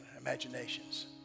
imaginations